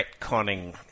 retconning